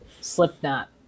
slipknot